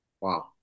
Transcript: Wow